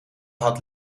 had